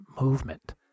movement